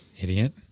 idiot